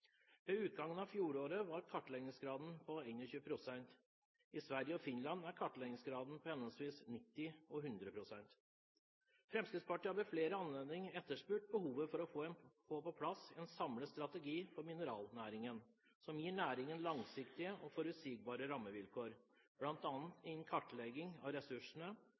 Ved utgangen av fjoråret var kartleggingsgraden på 21 pst. I Sverige og Finland er kartleggingsgraden på henholdsvis 90 og 100 pst. Fremskrittspartiet har ved flere anledninger etterspurt behovet for å få på plass en samlet strategi for mineralnæringen som gir næringen langsiktige og forutsigbare rammevilkår, bl.a. innen kartlegging av ressursene,